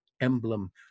emblem